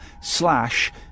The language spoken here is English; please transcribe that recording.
Slash